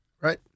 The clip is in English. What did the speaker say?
Right